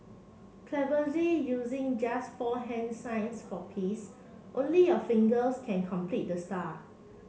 cleverly using just four hand signs for peace only your fingers can complete the star